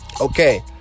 okay